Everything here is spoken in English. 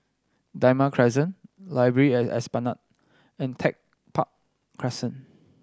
Damai Crescent Library at Esplanade and Tech Park Crescent